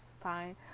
fine